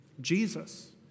Jesus